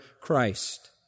Christ